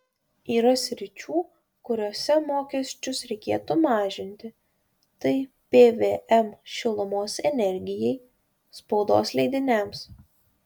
yra sričių kuriose mokesčius reikėtų mažinti tai pvm šilumos energijai spaudos leidiniams